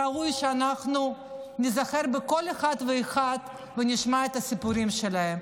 ראוי שניזכר בכל אחד ואחד ונשמע את הסיפורים שלהם.